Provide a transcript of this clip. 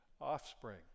offspring